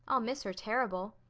i'll miss her terrible.